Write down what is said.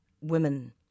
women